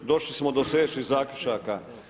Došli smo do sljedećih zaključaka.